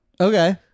okay